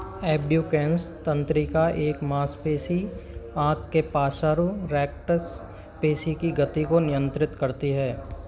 abducens तंत्रिका एक मांसपेशी आँख के पार्श्व रेक्टस पेशी की गति को नियंत्रित करती है